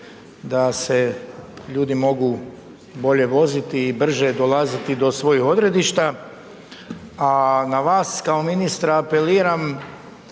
da se ljudi mogu bolje voziti i brže dolaziti do svojih odredišta. A na vas kao ministra apeliram